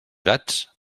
gats